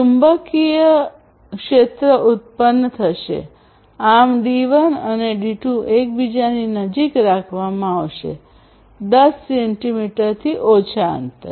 ચુંબકીય ક્ષેત્ર ઉત્પન્ન થશે આમ ડી1 અને ડી2 એકબીજાની નજીક રાખવામાં આવશે 10 સેન્ટિમીટરથી ઓછા અંતરે